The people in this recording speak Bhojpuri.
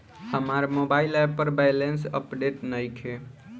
हमार मोबाइल ऐप पर बैलेंस अपडेट नइखे